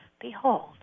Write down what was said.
Behold